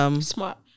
smart